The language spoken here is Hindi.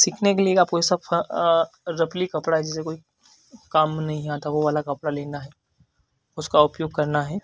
सीखने के लिए आपको ये सब फ़ रफली कपड़ा जिसे कोई काम नहीं आता वो वाला कपड़ा लेना है उसका उपयोग करना है